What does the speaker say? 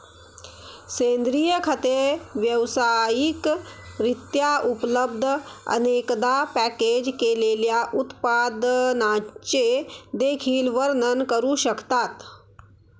सेंद्रिय खते व्यावसायिक रित्या उपलब्ध, अनेकदा पॅकेज केलेल्या उत्पादनांचे देखील वर्णन करू शकतात